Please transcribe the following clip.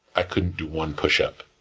i couldn't do one push up,